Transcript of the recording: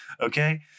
Okay